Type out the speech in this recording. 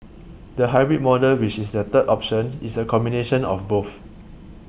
the hybrid model which is the third option is a combination of both